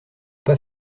pas